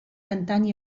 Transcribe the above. cantant